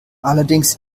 allerdings